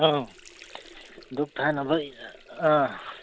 ꯎꯝ ꯗꯨꯞ ꯊꯥꯅꯕ ꯑꯥ